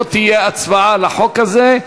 לא תהיה הצבעה על החוק הזה.